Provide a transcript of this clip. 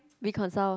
reconcile